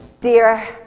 Dear